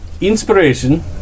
Inspiration